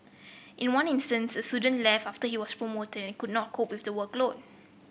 in one instance a student left after he was promoted could not cope with the workload